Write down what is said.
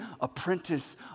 apprentice